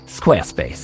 Squarespace